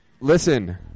listen